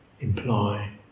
imply